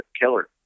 killer